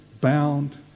bound